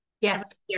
yes